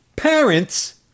Parents